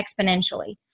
exponentially